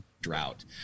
drought